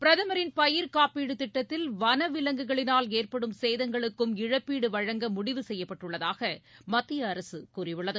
பிரதமரின் பயிர்க்காப்பீடு திட்டத்தில் வனவிலங்குகளினால் ஏற்படும் சேதங்களுக்கும் இழப்பீடு வழங்க முடிவு செய்யப்பட்டுள்ளதாக மத்திய அரசு கூறியுள்ளது